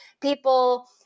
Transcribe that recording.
people